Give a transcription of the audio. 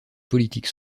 politique